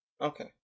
Okay